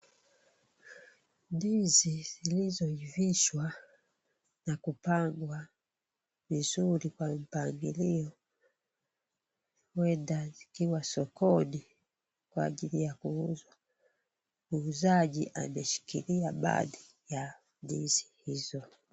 Ndizi zilizoivishwa na kupangwa vizuri kwa mpangilio huenda zikiwa sokoni kwa ajili ya kuuzwa. Muuzaji ameshikilia baadhi ya ndizi hizo.